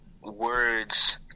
words